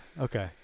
okay